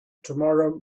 tomorrow